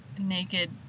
naked